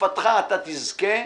בתקופתך תזכה